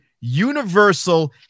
universal